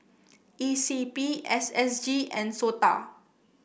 E C P S S G and S O T A